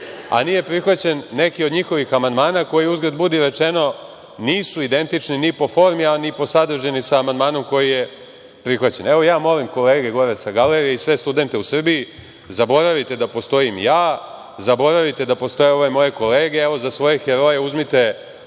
a nije prihvaćen neki od njihovih amandmana koji, uzgred bude rečeno, nisu identični ni po formi, a ni po sadržini sa amandmanom koji je prihvaćen. Molim kolege sa Galerije i sve studente, zaboravite da postojim ja, zaboravite da postoje moje kolege, za svoje heroje uzmite